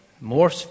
More